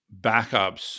backups